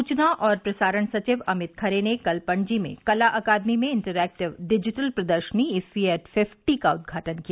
सूचना और प्रसारण सचिव अमित खरे ने कल पणजी में कला अकादमी में इंटरएक्टिव डिजिटल प्रदर्शनी इफ्फी एट फिफ्टी का उदघाटन किया